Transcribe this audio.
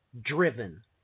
driven